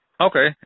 Okay